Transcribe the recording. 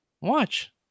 Watch